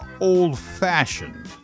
old-fashioned